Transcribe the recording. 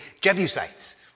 Jebusites